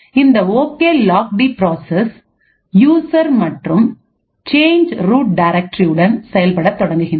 இந்தஓகே log d parses user மற்றும் change root directory உடன் செயல்பட தொடங்குகின்றது